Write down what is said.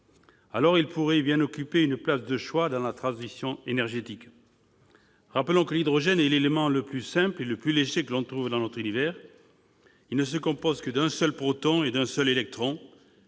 Il pourrait alors occuper une place de choix dans la transition énergétique. Rappelons que l'hydrogène est l'élément le plus simple et le plus léger que l'on trouve dans notre univers. Il ne se compose que d'un seul proton et d'un seul électron.